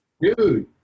Dude